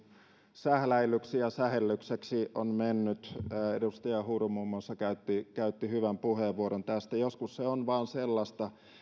sähläilyksi ja sähellykseksi on mennyt edustaja huru muun muassa käytti käytti hyvän puheenvuoron tästä joskus se vain on sellaista